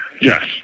Yes